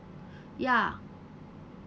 ya